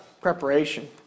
Preparation